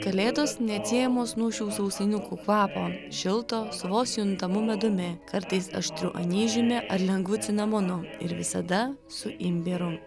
kalėdos neatsiejamos nuo šių sausainiukų kvapo šilto su vos juntamu medumi kartais aštriu anyžiumi ar lengvu cinamonu ir visada su imbieru